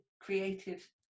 creative